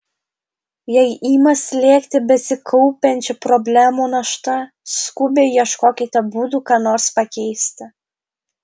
jei ima slėgti besikaupiančių problemų našta skubiai ieškokite būdų ką nors pakeisti